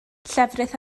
llefrith